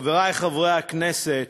חברי חברי הכנסת,